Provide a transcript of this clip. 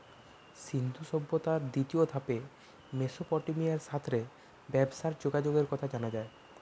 সিন্ধু সভ্যতার দ্বিতীয় ধাপে মেসোপটেমিয়ার সাথ রে ব্যবসার যোগাযোগের কথা জানা যায়